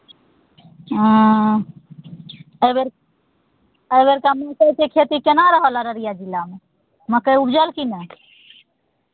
हँ एहिबेर एहि बेरका मकइके खेती केना रहल अररिया जिलामे मकइ उपजल कि नहि